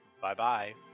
Bye-bye